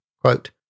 Quote